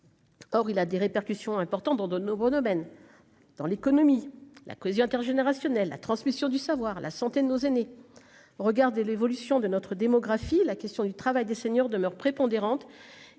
Or, il a des répercussions importantes dans de nouveaux domaines dans l'économie, la cohésion intergénérationnelle la transmission du savoir, la santé de nos aînés, regardez l'évolution de notre démographie, la question du travail des seniors demeure prépondérante